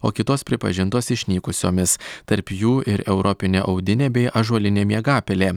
o kitos pripažintos išnykusiomis tarp jų ir europinė audinė bei ąžuolinė miegapelė